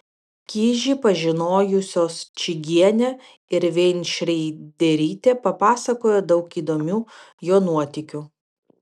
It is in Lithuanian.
kižį pažinojusios čygienė ir veinšreiderytė papasakojo daug įdomių jo nuotykių